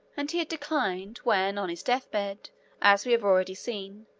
and he had declined when on his death-bed, as we have already seen,